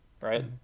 right